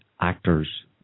actors